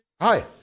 Hi